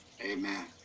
Amen